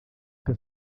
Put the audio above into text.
que